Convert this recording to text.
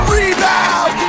Rebound